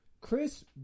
Chris